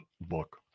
book